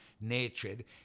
natured